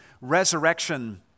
resurrection